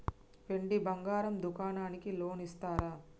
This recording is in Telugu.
వెండి బంగారం దుకాణానికి లోన్ ఇస్తారా?